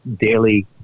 daily